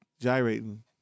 gyrating